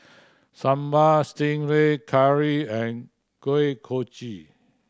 Sambal Stingray curry and Kuih Kochi